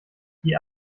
die